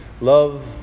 love